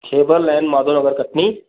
Khyber line Madhav Nagar Katni